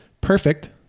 Perfect